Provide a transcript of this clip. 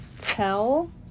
tell